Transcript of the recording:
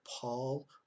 Paul